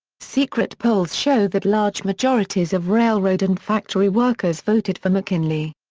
secret polls show that large majorities of railroad and factory workers voted for mckinley.